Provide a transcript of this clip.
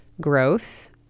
growth